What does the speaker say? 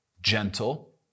gentle